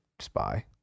spy